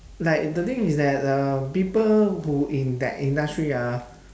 like the thing is that uh people who in that industry ah